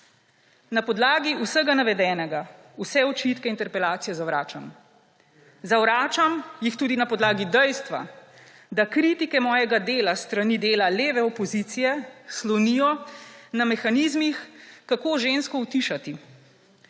Na podlagi vsega navedenega vse očitke interpelacije zavračam, zavračam jih tudi na podlagi dejstva, da kritike mojega dela s strani dela leve opozicije slonijo na mehanizmih, kako žensko utišati,